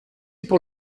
pour